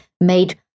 made